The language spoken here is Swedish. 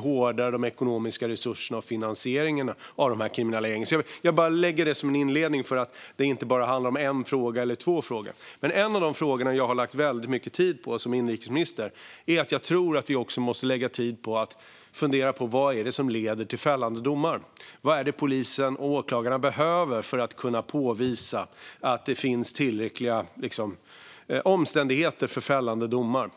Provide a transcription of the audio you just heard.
på de ekonomiska resurserna och finansieringen av de kriminella gängen. Jag lägger fram det här som en inledning för att visa att det inte handlar om bara en eller två frågor. En av de frågor som jag har lagt mycket tid på som inrikesminister är att jag tror att vi måste fundera över vad som leder till fällande domar. Vad är det polisen och åklagarna behöver för att påvisa att det finns tillräckliga omständigheter för fällande domar?